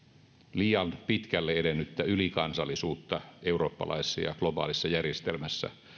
liian pitkälle edennyttä ylikansallisuutta eurooppalaisessa ja globaalissa järjestelmässä